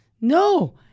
No